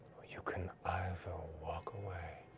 you can either walk away,